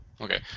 Okay